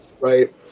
Right